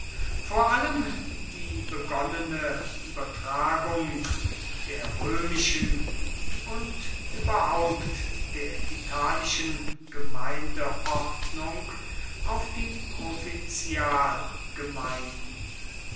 vor allem die begonnene übertragung der römischen und überhaupt der italischen gemeindeordnung auf die